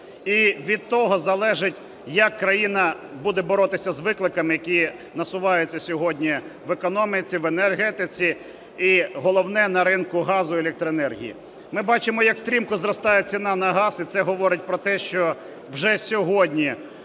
І від того залежить, як країна буде боротися з викликами, які насуваються сьогодні в економіці, в енергетиці, і головне – на ринку газу і електроенергії. Ми бачимо, як стрімко зростає ціна на газ, і це говорить про те, що вже сьогодні